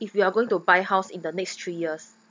if you are going to buy house in the next three years